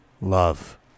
love